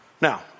Now